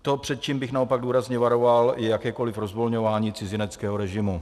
To, před čím bych naopak důrazně varoval, je jakékoliv rozvolňování cizineckého režimu.